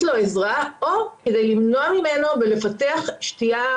לו עזרה או כדי למנוע ממנו לפתח שתייה